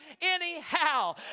anyhow